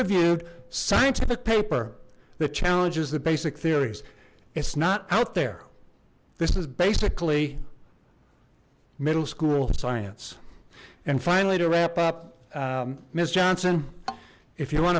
reviewed scientific paper that challenges the basic theories it's not out there this is basically middle school science and finally to wrap up miss johnson if you want